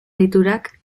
deiturak